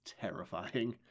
terrifying